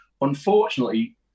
Unfortunately